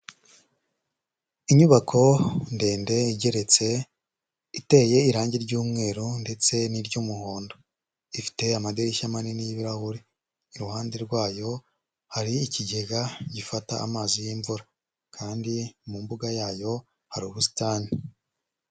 Inyubako ndende igeretse iteye irangi ry'umweru ndetse n'iry'umuhondo, ifite amadirishya manini y'ibirahuri, iruhande rwayo hari ikigega gifata amazi y'imvura, kandi mu mbuga yayo hari ubusitani.